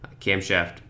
Camshaft